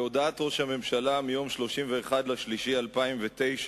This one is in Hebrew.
בהודעת ראש הממשלה ביום 31 במרס 2009,